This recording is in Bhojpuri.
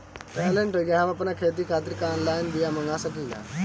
हम आपन खेती खातिर का ऑनलाइन बिया मँगा सकिला?